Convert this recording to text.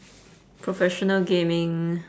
professional gaming